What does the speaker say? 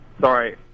sorry